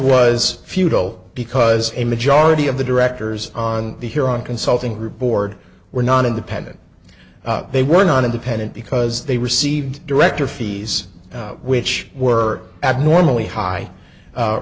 was futile because a majority of the directors on the here on consulting group board were not independent they were not independent because they received director fees which were abnormally high